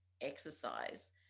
exercise